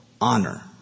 Honor